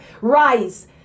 Rise